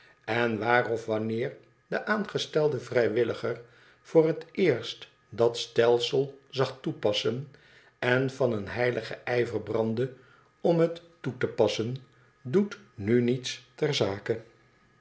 en waar of wanneer de aangestelde vrijwilliger voor het eerst dat stelsel zag toepassen en van een heiligen ijver brandde om het toe te passen doet nu niets ter zake